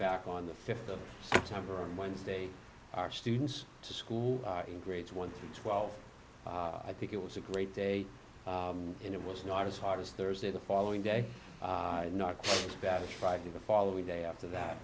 back on the th of september and wednesday our students to school in grades one through twelve i think it was a great day and it was not as hard as thursday the following day not as bad as friday the following day after that